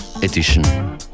Edition